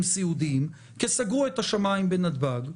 סיעודיים כי סגרו את השמיים ונתב"ג,